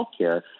healthcare